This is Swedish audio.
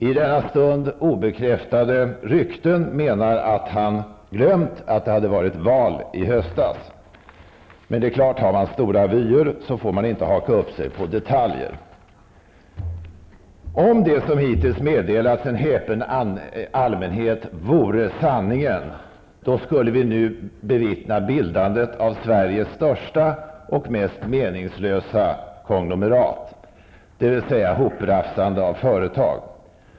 I denna stund obekräftade rykten menar att han glömt att det varit val i höstas. Men om man har stora vyer får man inte haka upp sig på detaljer. Om det som hittills meddelats en häpen allmänhet vore sanningen, skulle vi nu bevittna bildandet av Sveriges största och mest meningslösa konglomerat, dvs. hoprafsande av företag.